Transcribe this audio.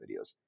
videos